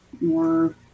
more